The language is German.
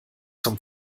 zum